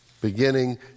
beginning